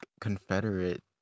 confederate